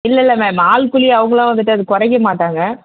இல்லை இல்லை மேம் ஆள் கூலி அவங்களாம் வந்துவிட்டு அதை குறைக்க மாட்டாங்க